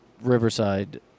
Riverside